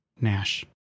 Nash